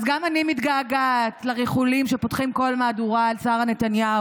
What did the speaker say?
אז גם אני מתגעגעת לריכולים שפותחים כל מהדורה על שרה נתניהו,